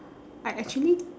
I actually